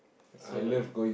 Seoul-Garden